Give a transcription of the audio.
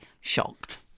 shocked